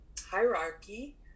hierarchy